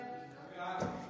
אריה מכלוף דרעי,